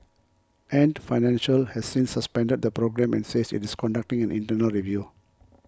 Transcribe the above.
Ant Financial has since suspended the programme and says it is conducting an internal review